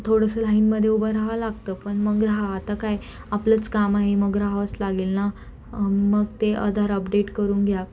थोडंसं लाईनमध्ये उभं रहावं लागतं पण मग रहावं आता काय आपलंच काम आहे मग रहावंच लागेल ना मग ते आधार अपडेट करून घ्या